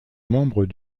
membre